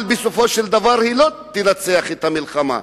אבל היא לא תנצח במלחמה,